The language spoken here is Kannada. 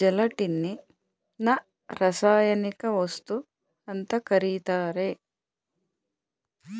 ಜೆಲಟಿನ್ನಿನರಾಸಾಯನಿಕವಸ್ತು ಅಂತ ಕರೀತಾರೆ